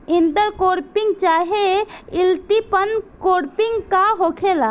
Inter cropping चाहे multiple cropping का होखेला?